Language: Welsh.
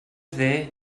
dde